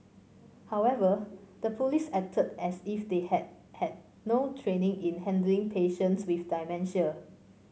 however the police acted as if they had had no training in handling patients with dementia